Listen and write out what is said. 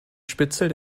spitzel